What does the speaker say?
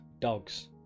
dogs